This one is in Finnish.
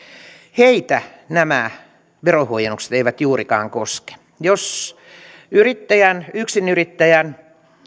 heitä nämä verohuojennukset eivät juurikaan koske jos yksinyrittäjän